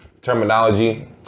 terminology